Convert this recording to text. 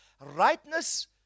rightness